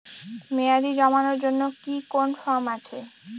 মেয়াদী জমানোর জন্য কি কোন ফর্ম আছে?